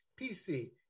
PC